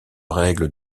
règles